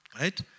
Right